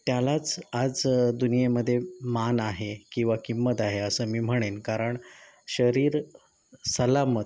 त्यालाच आज दुनियेमध्ये मान आहे किंवा किंमत आहे असं मी म्हणेन कारण शरीर सलामत